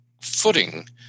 footing